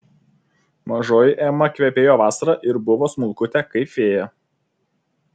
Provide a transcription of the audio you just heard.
mažoji ema kvepėjo vasara ir buvo smulkutė kaip fėja